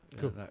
Cool